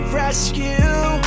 rescue